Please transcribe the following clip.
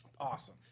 awesome